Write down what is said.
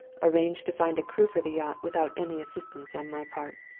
arrange to find a crew for the yacht without any assistance on my part.